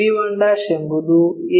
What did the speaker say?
p1 ಎಂಬುದು A